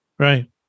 Right